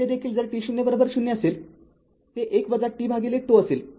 येथे देखील जर t0० असेल ते १ tτ असेल